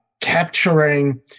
capturing